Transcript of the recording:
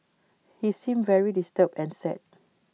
he seemed very disturbed and sad